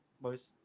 boys